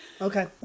Okay